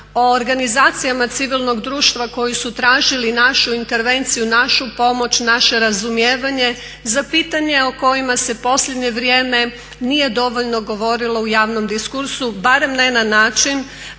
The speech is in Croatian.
o organizacijama civilnog društva koji su tražili našu intervenciju, našu pomoć, naše razumijevanje, za pitanje o kojima se posljednje vrijeme nije dovoljno govorilo u javnom diskursu barem ne na način,